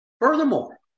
Furthermore